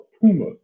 Puma